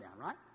right